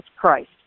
Christ